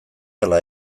ala